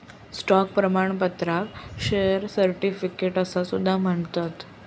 stock प्रमाणपत्राक share certificate असा सुद्धा म्हणतत